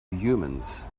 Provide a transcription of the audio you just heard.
humans